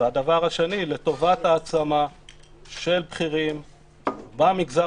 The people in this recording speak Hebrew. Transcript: ודבר שני לטובת העצמה של בכירים במגזר